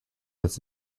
its